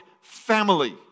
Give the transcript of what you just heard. family